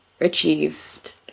achieved